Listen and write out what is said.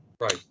Right